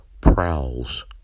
prowls